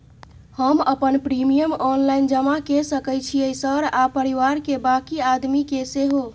हम अपन premium online जमा के सके छियै सर आ परिवार के बाँकी आदमी के सेहो?